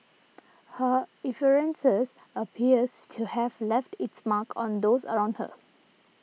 her effervescence appears to have left its mark on those around her